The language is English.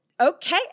okay